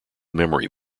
memory